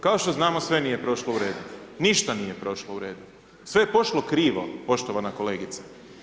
Kao što znamo sve nije prošlo u redu, ništa nije prošlo u redu, sve je pošlo krivo, poštovana kolegice.